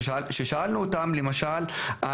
כששאלנו אותם למשל,